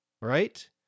Right